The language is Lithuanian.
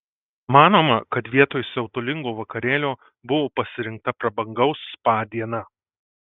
manoma kad vietoj siautulingo vakarėlio buvo pasirinkta prabangaus spa diena